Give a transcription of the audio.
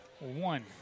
one